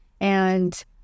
And-